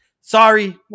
Sorry